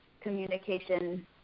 communication